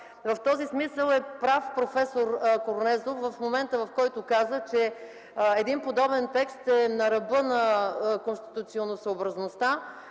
В този смисъл е прав проф. Корнезов, когато каза, че подобен текст е на ръба на конституционносъобразността.